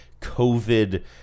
COVID